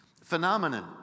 phenomenon